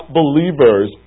believers